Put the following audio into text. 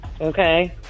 okay